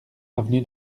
avenue